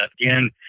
again